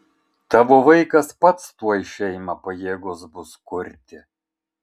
tavo vaikas pats tuoj šeimą pajėgus bus kurti